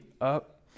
up